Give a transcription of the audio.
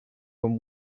from